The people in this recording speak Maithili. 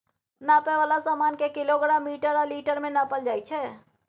नापै बला समान केँ किलोग्राम, मीटर आ लीटर मे नापल जाइ छै